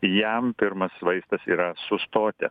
jam pirmas vaistas yra sustoti